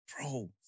Bro